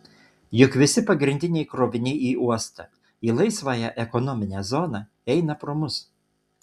juk visi pagrindiniai kroviniai į uostą į laisvąją ekonominę zoną eina pro mus